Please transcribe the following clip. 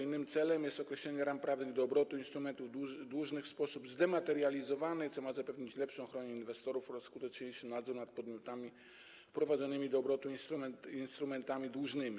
Innym celem jest określenie ram prawnych dla obrotu instrumentami dłużnymi w sposób zdematerializowany, co ma zapewnić lepszą ochronę inwestorów oraz skuteczniejszy nadzór nad podmiotami wprowadzającymi do obrotu instrumenty dłużne.